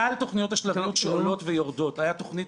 כלל תוכניות השלביות שעולות ויורדות הייתה תוכנית